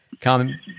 come